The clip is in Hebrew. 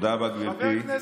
תודה רבה, גברתי.